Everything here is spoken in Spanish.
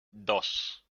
dos